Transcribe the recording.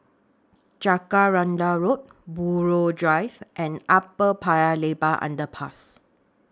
Jacaranda Road Buroh Drive and Upper Paya Lebar Underpass